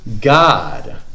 God